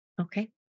Okay